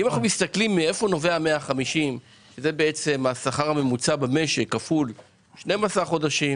ה-150,000 ₪ נובע מהשכר הממוצע במשק כפול 12 חודשים,